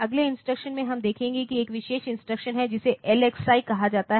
अगले इंस्ट्रक्शन में हम देखेंगे कि एक विशेष इंस्ट्रक्शन है जिसे LXI कहा जाता है